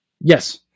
Yes